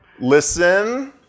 Listen